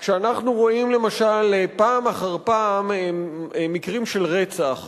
כשאנחנו רואים למשל פעם אחר פעם מקרים של רצח